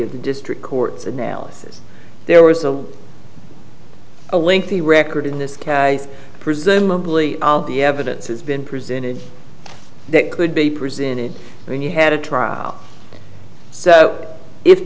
of the district court's analysis there was a a link the record in this case presumably the evidence has been presented that could be presented when you had a trial so if